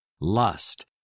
lust